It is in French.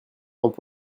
emploi